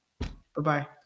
Bye-bye